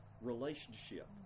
relationship